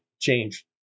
change